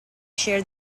shared